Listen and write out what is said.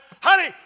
Honey